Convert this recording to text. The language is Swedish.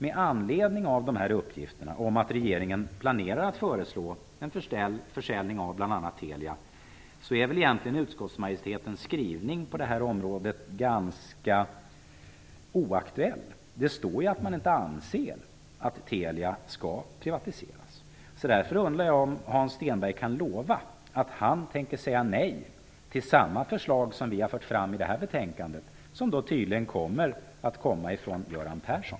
Med anledning av uppgifterna om att regeringen planerar att föreslå en försäljning av bl.a. Telia är väl utskottsmajoritetens skrivning på detta område ganska inaktuell. Det står ju att man inte anser att Telia skall privatiseras. Kan Hans Stenberg lova att han tänker säga nej till det förslag som vi har fört fram, som tydligen också skall komma från Göran